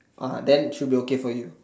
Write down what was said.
uh then should be okay for you